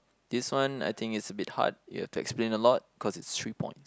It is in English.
this one I think it's a bit hard you have to explain a lot cause it's three points